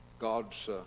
God's